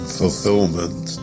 fulfillment